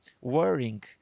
worrying